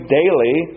daily